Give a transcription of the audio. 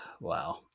wow